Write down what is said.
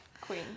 Queen